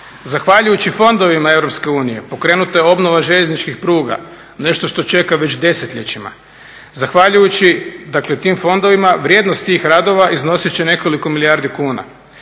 Zahvaljujući fondovima EU pokrenuta je obnova željezničkih pruga, nešto što čeka već desetljećima. Zahvaljujući dakle tim fondovima vrijednost tih radova iznosit će nekoliko milijardi kuna.